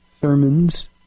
sermons